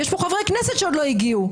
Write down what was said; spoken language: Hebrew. יש פה חברי כנסת שעוד לא הגיעו,